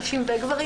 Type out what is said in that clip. נשים וגברים,